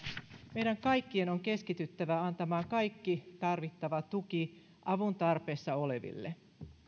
meidän kaikkien on keskityttävä antamaan kaikki tarvittava tuki avun tarpeessa oleville